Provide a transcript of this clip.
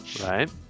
Right